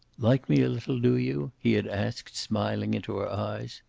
like me a little, do you? he had asked, smiling into her eyes.